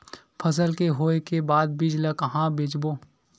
फसल के होय के बाद बीज ला कहां बेचबो?